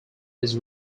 his